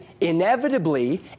inevitably